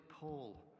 Paul